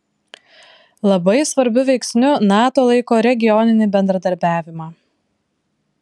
labai svarbiu veiksniu nato laiko regioninį bendradarbiavimą